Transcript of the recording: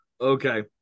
Okay